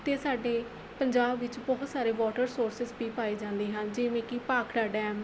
ਅਤੇ ਸਾਡੇ ਪੰਜਾਬ ਵਿੱਚ ਬਹੁਤ ਸਾਰੇ ਵਾਟਰ ਸੋਰਸਸ ਵੀ ਪਾਏ ਜਾਂਦੇ ਹਨ ਜਿਵੇਂ ਕਿ ਭਾਖੜਾ ਡੈਮ